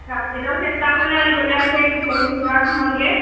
cup পেল্টৰ ছেটাও মানে আনিবলৈ আছে কিচেন চুইঙগাৰত সোমামগৈ